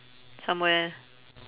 somewhere